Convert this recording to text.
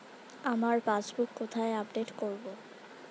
আমার পাসবুক কোথায় আপডেট করব?